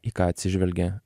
į ką atsižvelgia